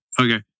Okay